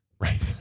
Right